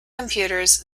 computers